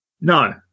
No